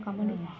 Kamalan